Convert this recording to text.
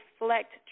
reflect